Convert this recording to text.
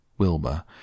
Wilbur